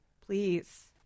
please